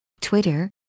Twitter